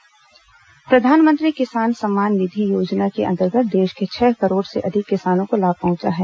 किसान सम्मान निधि योजना प्रधानमंत्री किसान सम्मान निधि योजना के अंतर्गत देश के छह करोड़ से अधिक किसानों को लाभ पहुंचा है